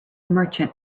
merchant